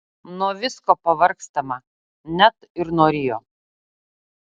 nuo visko pavargstama net ir nuo rio